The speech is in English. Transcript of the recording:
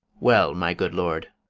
well, my good lord.